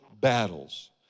battles